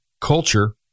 culture